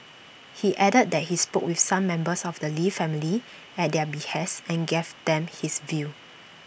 he added that he spoke with some members of the lee family at their behest and gave them his views